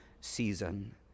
season